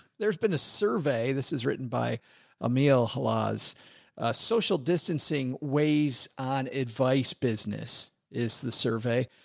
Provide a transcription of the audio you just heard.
there's been a survey. this is written by emile hallez, a social distancing weighs on advice. business is the survey.